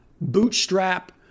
bootstrap